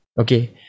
Okay